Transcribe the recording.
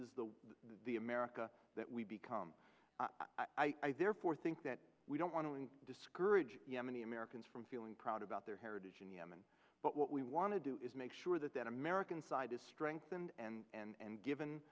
is the the america that we become i therefore think that we don't want to discourage yemeni americans from feeling proud about their heritage in yemen but what we want to do is make sure that that american side is strengthened and